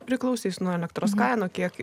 priklausys nuo elektros kainų kiek